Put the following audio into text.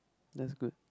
that's good